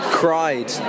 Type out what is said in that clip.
cried